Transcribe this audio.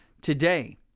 today